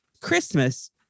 Christmas